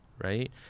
right